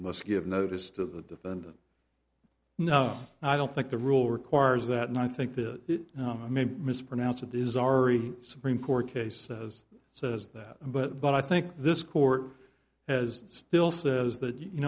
must give notice to the defendant no i don't think the rule requires that and i think this may be mispronounced it is already supreme court case says says that but but i think this court as still says that you